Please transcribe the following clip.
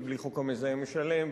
ובלי חוק המזהם משלם,